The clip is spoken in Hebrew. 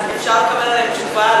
אפשר לקבל עליהן תשובה,